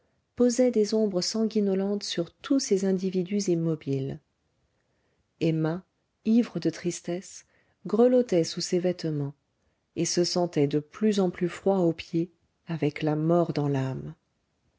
posait des ombres sanguinolentes sur tous ces individus immobiles emma ivre de tristesse grelottait sous ses vêtements et se sentait de plus en plus froid aux pieds avec la mort dans l'âme